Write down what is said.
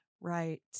right